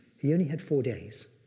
he only had four days,